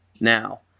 now